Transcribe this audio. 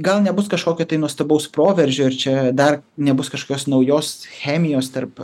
gal nebus kažkokio tai nuostabaus proveržio ir čia dar nebus kažkokios naujos chemijos tarp